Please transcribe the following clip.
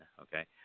okay